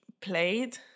played